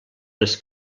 les